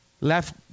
left